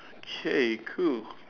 K cool